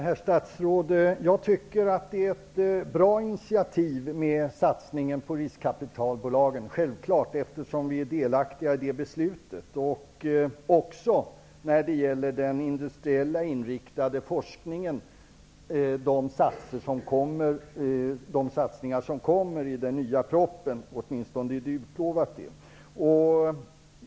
Herr talman! Jag tycker att det är ett bra initiativ att satsa på riskkapitalbolagen. Självfallet tycker jag det eftersom vi är delaktiga i beslutet om detta. Detsamma gäller den industriellt inriktade forskningen och de satsningar som är utlovade i den kommande propositionen.